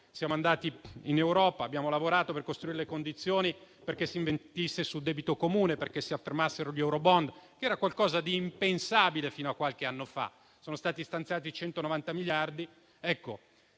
Siamo andati in Europa, abbiamo lavorato per costruire le condizioni perché si intervenisse sul debito comune, perché si affermassero gli Eurobond, che era qualcosa di impensabile fino a qualche anno fa: sono stati stanziati 190 miliardi.